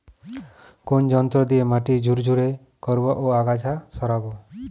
কোন যন্ত্র দিয়ে মাটি ঝুরঝুরে করব ও আগাছা সরাবো?